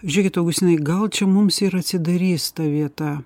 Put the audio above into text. žiūrėkit augustinui gal čia mums ir atsidarys ta vieta